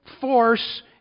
force